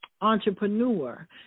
entrepreneur